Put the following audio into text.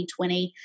2020